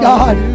God